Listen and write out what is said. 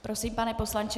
Prosím, pane poslanče.